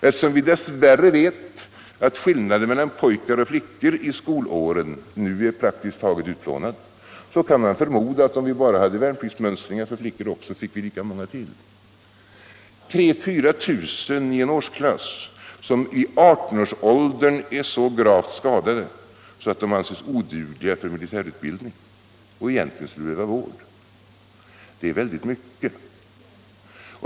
Eftersom vi dess värre vet att skillnaden mellan pojkar och flickor i skolåren nu är praktiskt taget utplånad kan man förmoda att vi, om vi bara hade värnpliktsmönstringar för flickor också, fick lika många till. — 3 000 å 4 000 i en årsklass som i 18-årsåldern är så gravt skadade att de anses odugliga för militärutbildning och egentligen skulle behöva vård. Det är väldigt mycket.